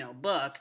book